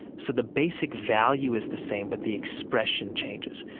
so the basic value is the same, but the expression changes.